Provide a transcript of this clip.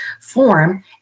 form